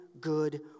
good